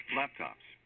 Laptops